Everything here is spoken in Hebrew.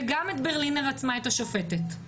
וגם את השופטת ברלינר.